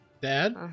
Dad